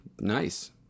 nice